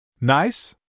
Nice